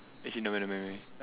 eh never mind never mind